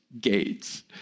Gates